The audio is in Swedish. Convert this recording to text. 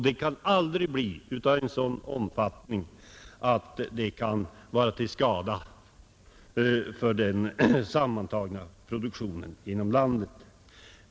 Den kan aldrig bli av en sådan omfattning att det kan vara till skada för den sammantagna produktionen inom landet.